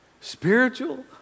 spiritual